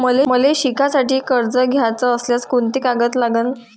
मले शिकासाठी कर्ज घ्याचं असल्यास कोंते कागद लागन?